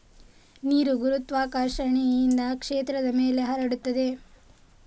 ನೀರು ಗುರುತ್ವಾಕರ್ಷಣೆಯಿಂದ ಕ್ಷೇತ್ರದ ಮೇಲೆ ಹರಡುತ್ತದೆ